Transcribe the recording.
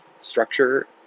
structure